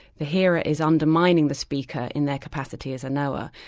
the hearer is undermining the speaker in their capacity as a knower,